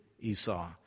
Esau